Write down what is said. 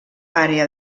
àrea